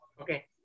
Okay